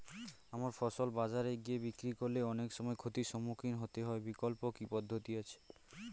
আমার ফসল বাজারে গিয়ে বিক্রি করলে অনেক সময় ক্ষতির সম্মুখীন হতে হয় বিকল্প কি পদ্ধতি আছে?